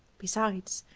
besides,